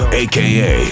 aka